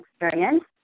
experience